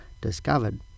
discovered